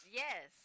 yes